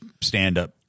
stand-up